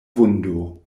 vundo